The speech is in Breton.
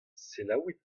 selaouit